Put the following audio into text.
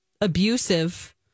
abusive